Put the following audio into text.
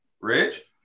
Rich